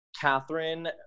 Catherine